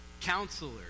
Counselor